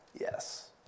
Yes